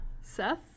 Seth